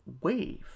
wave